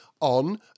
on